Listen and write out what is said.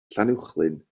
llanuwchllyn